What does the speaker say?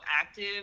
active